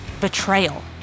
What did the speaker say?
Betrayal